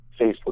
Facebook